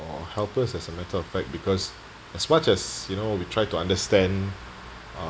or helpless as a matter of fact because as much as you know we try to understand uh